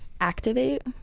Activate